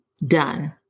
done